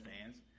fans